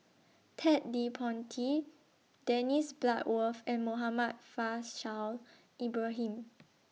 Ted De Ponti Dennis Bloodworth and Muhammad Faishal Ibrahim